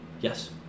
Yes